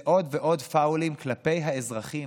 זה עוד ועוד פאולים כלפי האזרחים.